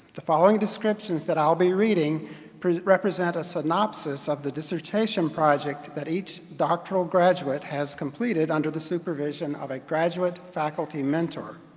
the following descriptions that i'll be reading represent a synopsis of the dissertation project that each doctoral graduate has completed under the supervision of a graduate faculty mentor.